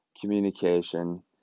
communication